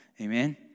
Amen